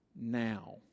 now